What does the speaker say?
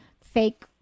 fake